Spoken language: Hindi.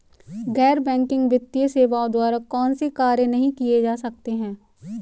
गैर बैंकिंग वित्तीय सेवाओं द्वारा कौनसे कार्य नहीं किए जा सकते हैं?